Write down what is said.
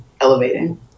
Elevating